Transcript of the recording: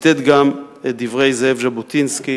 וציטט גם את דברי זאב ז'בוטינסקי